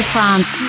France